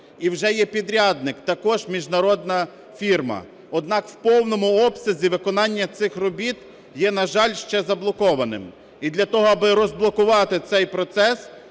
І вже є підрядник – також міжнародна фірма. Однак у повному обсязі виконання цих робіт є, на жаль, ще заблокованим. І для того, аби розблокувати цей процес